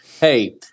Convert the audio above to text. hey